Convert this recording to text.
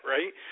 Right